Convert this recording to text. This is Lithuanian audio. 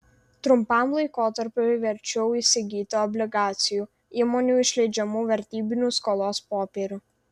trumpam laikotarpiui verčiau įsigyti obligacijų įmonių išleidžiamų vertybinių skolos popierių